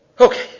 Okay